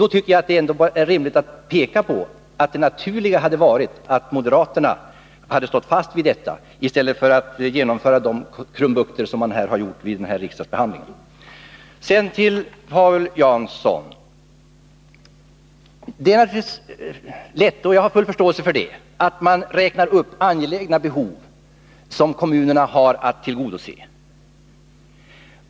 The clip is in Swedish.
Då tycker jag att det ändå är rimligt att peka på att det naturliga hade varit att moderaterna stått fast vid detta i stället för att genomföra dessa krumbukter vid riksdagsbehandlingen. Sedan till Paul Jansson. Det är naturligtvis lätt — och jag har full förståelse för det — att räkna upp angelägna behov som kommunerna har att tillgodose.